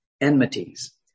enmities